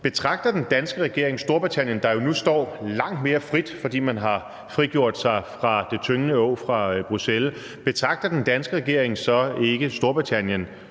Betragter den danske regering så ikke Storbritannien, der jo nu står langt mere frit, fordi man har frigjort sig fra det tyngende åg fra Bruxelles, som en allieret i det her?